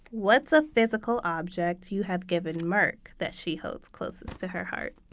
what's a physical object you have given merk that she holds closest to her heart?